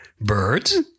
birds